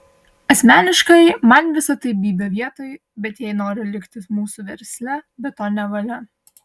asmeniškai man visa tai bybio vietoj bet jei nori likti mūsų versle be to nevalia